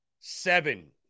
Seven